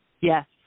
Yes